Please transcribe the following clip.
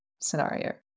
scenario